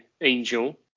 Angel